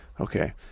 Okay